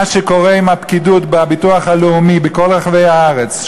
שקורה עם הפקידות בביטוח הלאומי בכל רחבי הארץ,